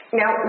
now